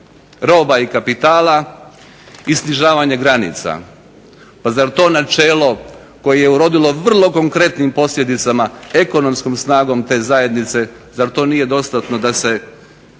roba i kapitala i snižavanje granica. Pa zar to načelo koje je urodilo vrlo konkretnim posljedicama ekonomskom snagom te zajednice zar to nije dostatno da se